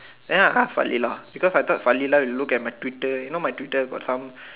then I ask Falila because I thought Falila would look at my Twitter you know my Twitter got some